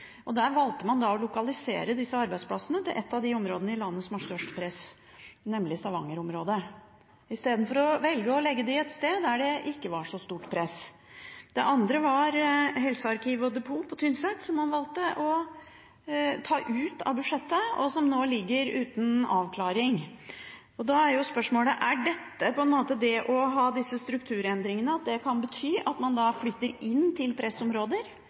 økonomistyring. Der valgte man å lokalisere disse arbeidsplassene til et av de områdene i landet som har størst press, nemlig Stavanger-området, istedenfor å legge dem et sted der det ikke var så stort press. Det andre var helsearkiv og depot på Tynset, som man valgte å ta ut av budsjettet, og som nå ligger uten avklaring. Da er spørsmålene: Er det dette strukturendringer betyr – at man flytter arbeidsplasser som før er desentralisert, inn til pressområder?